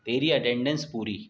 تیری اٹینڈینس پوری